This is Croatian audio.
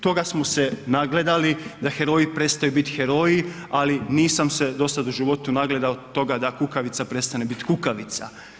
Toga smo se nagledali da heroji prestaju biti heroji ali nisam se do sada u životu nagledao toga da kukavica prestane biti kukavica.